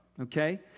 okay